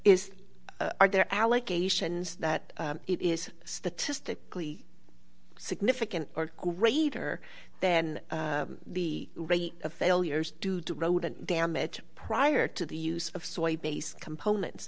is are there allegations that it is statistically significant or greater than the rate of failures due to rodent damage prior to the use of soy based components